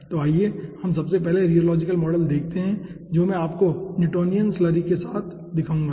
तो आइए हम सबसे पहले रियोलॉजिकल मॉडल देखते हैं जो मैं आपको न्यूटोनियन स्लरी के लिए दिखाऊंगा